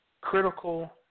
critical